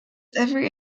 every